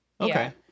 Okay